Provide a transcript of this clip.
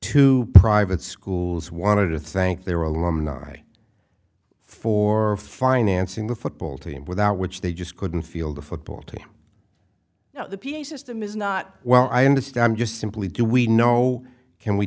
two private schools wanted to thank their alumni for financing the football team without which they just couldn't field a football team the p a system is not well i understand just simply do we know can we